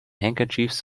handkerchiefs